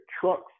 trucks